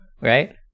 right